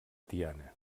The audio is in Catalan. tiana